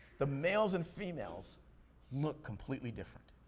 the males and females look completely different.